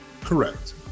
Correct